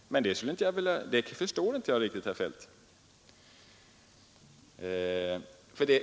Det förstår jag inte riktigt, herr Feldt.